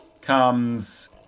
comes